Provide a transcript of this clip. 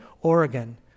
Oregon